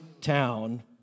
town